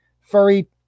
furry